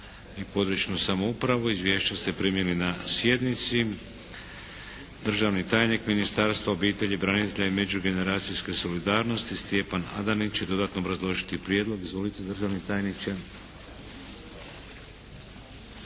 i područnu samoupravu. Izvješća ste primili na sjednici. Državni tajnik Ministarstva obitelji, branitelja i međugeneracijske solidarnosti Stjepan Adanić će dodatno obrazložiti prijedlog. Izvolite, državni tajniče.